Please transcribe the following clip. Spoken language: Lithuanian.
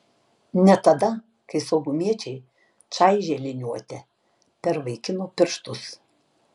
ne tada kai saugumiečiai čaižė liniuote per vaikino pirštus